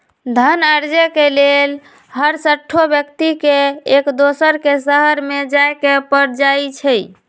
धन अरजे के लेल हरसठ्हो व्यक्ति के एक दोसर के शहरमें जाय के पर जाइ छइ